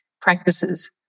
practices